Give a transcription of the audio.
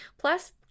Plus